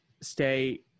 stay